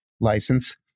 license